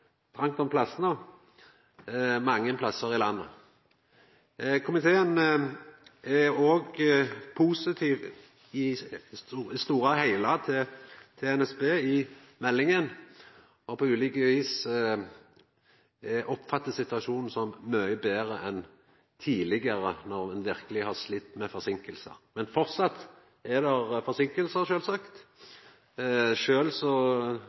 trongt om plassane mange stader i landet. Komiteen er òg i det store og heile positiv til NSB i meldinga og oppfattar på ulikt vis situasjonen som mykje betre enn tidlegare, da ein verkeleg har slitt med forseinkingar. Men framleis er det sjølvsagt